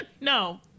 no